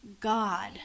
God